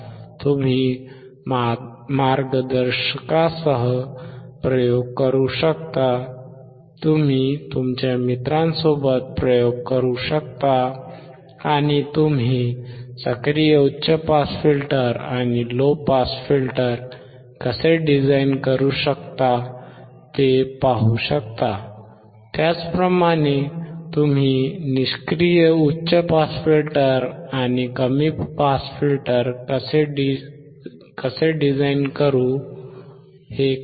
तुम्ही मार्गदर्शकासह प्रयोग करू शकता तुम्ही तुमच्या मित्रांसोबत प्रयोग करू शकता आणि तुम्ही सक्रिय उच्च पास फिल्टर आणि लो पास फिल्टर कसे डिझाइन करू शकता ते पाहू शकता त्याचप्रमाणे तुम्ही निष्क्रिय उच्च पास फिल्टर आणि कमी पास फिल्टर कसे डिझाइन करू हे करा